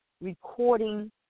recording